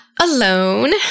alone